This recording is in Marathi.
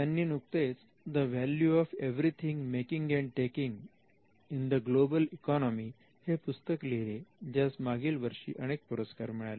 त्यांनी नुकतेच The Value of Everything Making and Taking in the Global Economy हे पुस्तक लिहिले ज्यास मागील वर्षी अनेक पुरस्कार मिळाले